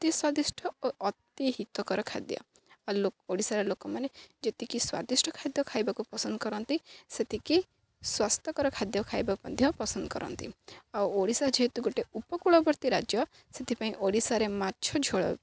ଅତି ସ୍ଵାଦିଷ୍ଟ ଓ ଅତି ହିତକର ଖାଦ୍ୟ ଆଉ ଲ ଓଡ଼ିଶାର ଲୋକମାନେ ଯେତିକି ସ୍ଵାଦିଷ୍ଟ ଖାଦ୍ୟ ଖାଇବାକୁ ପସନ୍ଦ କରନ୍ତି ସେତିକି ସ୍ୱାସ୍ଥ୍ୟକର ଖାଦ୍ୟ ଖାଇବାକୁ ମଧ୍ୟ ପସନ୍ଦ କରନ୍ତି ଆଉ ଓଡ଼ିଶା ଯେହେତୁ ଗୋଟେ ଉପକୂଳବର୍ତ୍ତୀ ରାଜ୍ୟ ସେଥିପାଇଁ ଓଡ଼ିଶାରେ ମାଛ ଝୋଳ